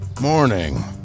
Morning